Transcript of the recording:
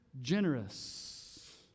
generous